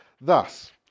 Thus